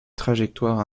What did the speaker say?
trajectoire